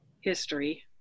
history